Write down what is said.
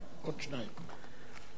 החיבור והגישור